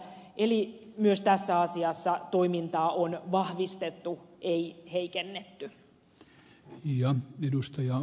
eli myös tässä asiassa toimintaa on vahvistettu ei heikennetty